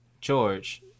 George